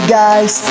guys